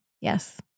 Yes